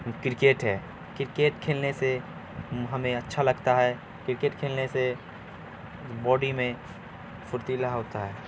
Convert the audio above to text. cricket ہے cricket کھیلنے سے ہمیں اچھا لگتا ہے کرکٹ کھیلنے سے باڈی میں پھرتیلا ہوتا ہے